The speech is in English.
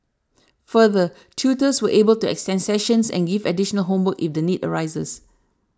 further tutors were able to extend sessions and give additional homework if the need arises